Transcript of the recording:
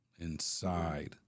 inside